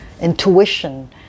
intuition